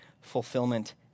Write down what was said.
fulfillment